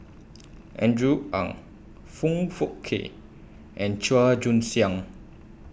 Andrew Ang Foong Fook Kay and Chua Joon Siang